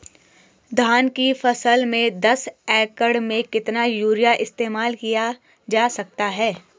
धान की फसल में दस एकड़ में कितना यूरिया इस्तेमाल किया जा सकता है?